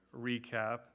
recap